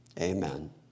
Amen